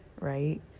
Right